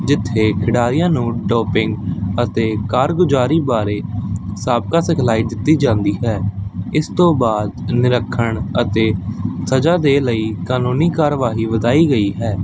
ਜਿੱਥੇ ਖਿਡਾਰੀਆਂ ਨੂੰ ਡੋਪਿੰਗ ਅਤੇ ਕਾਰਗੁਜ਼ਾਰੀ ਬਾਰੇ ਸਾਬਕਾ ਸਿਖਲਾਈ ਦਿੱਤੀ ਜਾਂਦੀ ਹੈ ਇਸ ਤੋਂ ਬਾਅਦ ਨਿਰੀਖਣ ਅਤੇ ਸਜ਼ਾ ਦੇ ਲਈ ਕਾਨੂੰਨੀ ਕਾਰਵਾਈ ਵਧਾਈ ਗਈ ਹੈ